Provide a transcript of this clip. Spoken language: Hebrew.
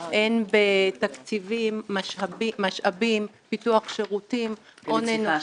יהיו בתקציבים, משאבים, פיתוח שירותים, הון אנושי.